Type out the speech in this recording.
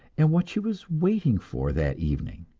and what she was waiting for that evening.